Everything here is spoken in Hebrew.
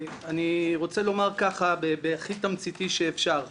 אני רוצה לומר הכי תמציתי שאפשר: